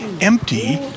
empty